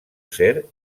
ser